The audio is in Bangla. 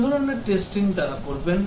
কি ধরনের টেস্টিং তারা করবেন